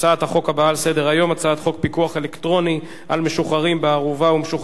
הצעת חוק מבקר המדינה (תיקון מס'